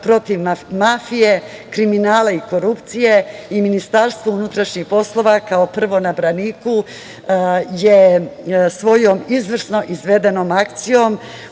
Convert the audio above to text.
protiv mafije, kriminala i korupcije. Ministarstvo unutrašnjih poslova, kao prvo na braniku, je svojom izvrsno izvedenom akcijom